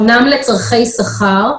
אמנם לצורכי שכר,